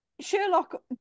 Sherlock